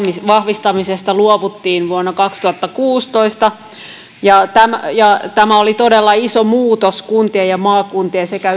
vahvistamisesta luovuttiin vuonna kaksituhattakuusitoista ja ja tämä oli todella iso muutos kuntien ja maakuntien sekä